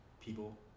people